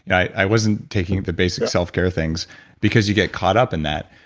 i wasn't taking the basic self care things because you get caught up in that.